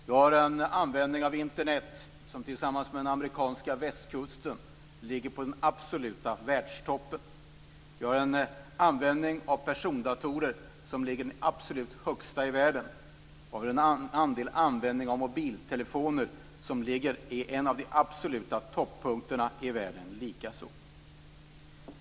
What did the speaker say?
Vi har en användning av Internet som tillsammans med den amerikanska västkusten ligger på den absoluta världstoppen. Vi har en användning av persondatorer som är den absolut största i världen. Och likaså ligger vi i topp i världen när det gäller användning av mobiltelefoner.